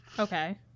Okay